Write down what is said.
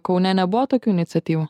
kaune nebuvo tokių iniciatyvų